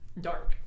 Dark